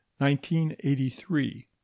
1983